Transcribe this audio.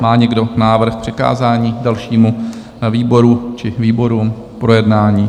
Má někdo návrh na přikázání dalšímu výboru či výborům k projednání?